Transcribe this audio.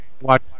watch